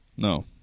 No